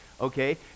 Okay